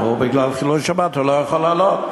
בגלל חילול שבת הוא לא יוכל לעלות.